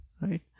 right